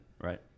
right